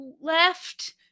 left